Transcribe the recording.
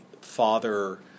father